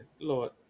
lord